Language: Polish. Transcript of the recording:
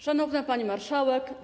Szanowna Pani Marszałek!